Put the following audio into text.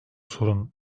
sorun